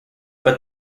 but